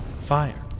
fire